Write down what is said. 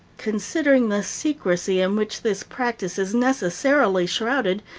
considering the secrecy in which this practice is necessarily shrouded,